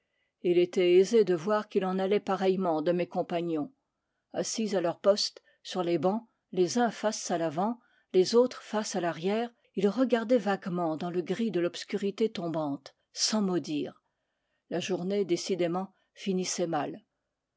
il était aisé de voir qu'il en allait pareillement de mes compagnons assis à leurs postes sur les bancs les uns face à l'avant les autres face à l'arrière ils regardaient vaguement dans le gris de l'obscurité tombante sans mot dire la journée décidément finissait mal